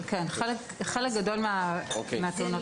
אבל כן, חלק גדול מהתאונות הן כאלה.